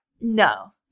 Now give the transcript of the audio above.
No